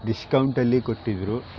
ಡಿಸ್ಕೌಂಟಲ್ಲಿ ಕೊಟ್ಟಿದ್ದರು